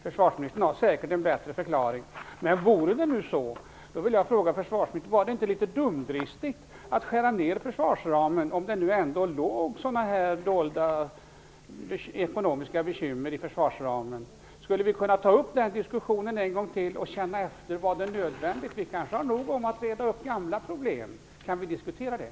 Försvarsministern har säkert en bättre förklaring. Jag vill fråga försvarsministern om det inte var litet dumdristigt att skära ned försvarsramen om det nu ändå fanns dolda ekonomiska bekymmer. Skulle vi kunna ta upp diskussionen en gång till och känna efter om det var nödvändigt? Vi kanske har nog med att reda upp gamla problem? Kan vi diskutera det?